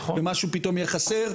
ומשהו פתאום יהיה חסר,